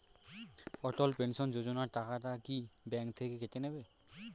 অটল pension Yojana টাকা কি bank থেকে কেটে নেবে?